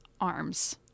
arms